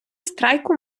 страйку